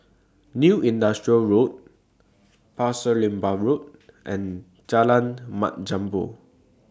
New Industrial Road Pasir Laba Road and Jalan Mat Jambol